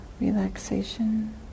relaxation